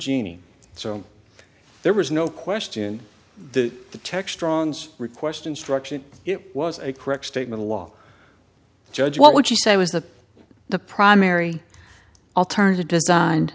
gene so there was no question the the tech strongs request instruction it was a correct statement a law judge what would you say was the the primary alternative designed